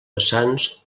vessants